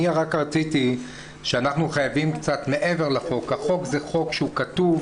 החוק הוא חוק כתוב,